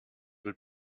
will